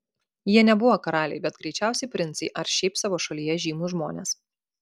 jie nebuvo karaliai bet greičiausiai princai ar šiaip savo šalyje žymūs žmonės